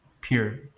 pure